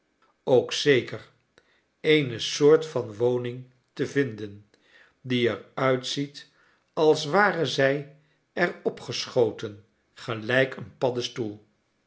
ook zeker eene soort van woning te vinden die er uitziet als ware zij er opgeschoten gelijk een paddestoel